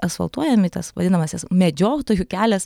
asfaltuojami tas vadinamasis medžiotojų kelias